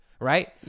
right